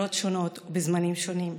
למטרות שונות בזמנים שונים.